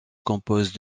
compose